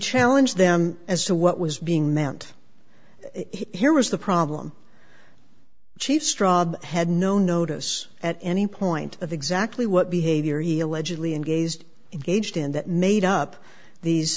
challenge them as to what was being meant here is the problem chief straw had no notice at any point of exactly what behavior he allegedly and gazed in gauged in that made up these